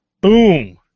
Boom